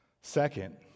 Second